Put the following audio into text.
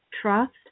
trust